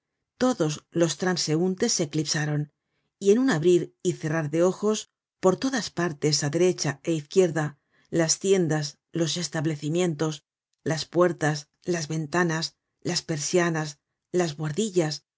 todos los transeuntes se eclipsaron y en un abrir y cerrar de ojos por todas partes á derecha é izquierda las tiendas los establecimientos las puertas las ventanas las persianas las buhardillas